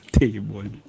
table